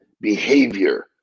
behavior